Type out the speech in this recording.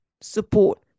support